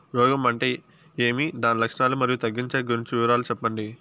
రోగం అంటే ఏమి దాని లక్షణాలు, మరియు తగ్గించేకి గురించి వివరాలు సెప్పండి?